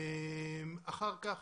אחר כך,